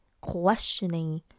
questioning